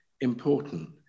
important